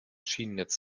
schienennetz